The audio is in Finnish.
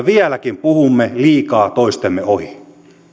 vieläkin puhumme liikaa toistemme ohi